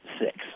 six